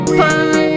fine